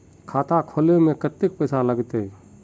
खाता खोलबे में कते पैसा लगते?